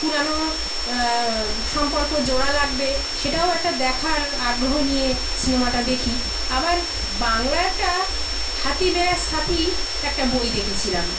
পুরানো সম্পর্ক জোড়া লাগবে সেটাও একটা দেখার আগ্রহ নিয়ে সিনেমাটা দেখি আবার বাংলা একটা হাতি মেরা সাথী একটা বই দেখেছিলাম